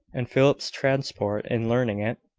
and philip's transport in learning it,